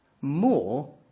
more